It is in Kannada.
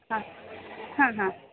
ಹಾಂ ಹಾಂ ಹಾಂ